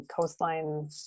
coastline